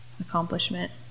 accomplishment